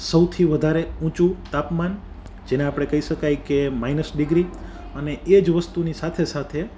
સૌથી વધારે ઊંચું તાપમાન જેને આપડે કઈ શકાય કે માઈનસ ડિગ્રી અને એ જ વસ્તુની સાથે સાથે